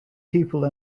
people